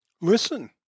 Listen